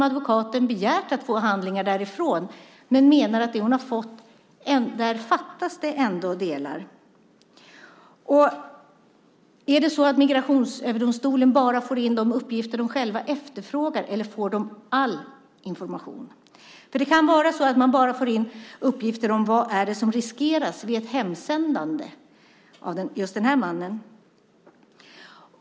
Advokaten har begärt att få handlingar därifrån, men hon menar att det ändå fattas delar i det hon har fått. Får Migrationsöverdomstolen bara in de uppgifter den själv efterfrågar, eller får den all information? Det kan vara så att man bara får in uppgifter om vad det är som riskeras vid ett hemsändande av just den här mannen.